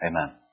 Amen